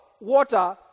water